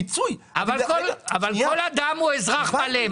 מיצוי --- אבל כל אדם הוא אזרח מלא,